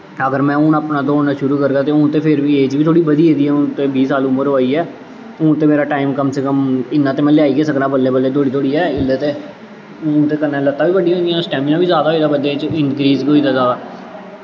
ते अगर में अपना दौड़ना शुरु करगा ते हून ते एज़ बी बधी गे दी ऐ हून ते एज़ बी बीह् साल उमर होआ दी ऐ हून ते मेरे टाईम कम से कम इन्ना ते में लेआई गै सकना ऐं बल्लैं बल्लैं दौड़ी दौड़ियै हून ते कन्नै लत्तां बी बड्डियां होई दियां स्टैमना बी जैदा होई जा बंदे च इंक्रीज़ होई दा जैदा